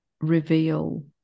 reveal